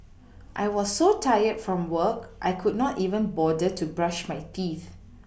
I was so tired from work I could not even bother to brush my teeth